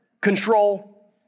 control